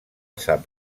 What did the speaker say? sap